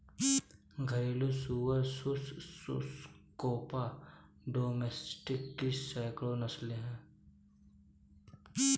घरेलू सुअर सुस स्क्रोफा डोमेस्टिकस की सैकड़ों नस्लें हैं